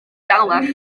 dalach